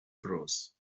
bros